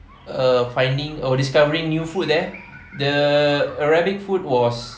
uh finding oh discovering new food there the arabic food was